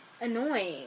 annoying